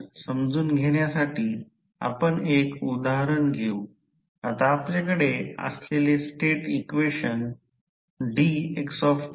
दुसर्या तांब्याचा लॉस तो एक बदललेला लॉस आहे कारण जर भार बदलला तर त्यास सध्याचे बदल काय म्हणतात ते एक लॉस आहे